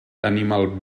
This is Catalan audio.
animal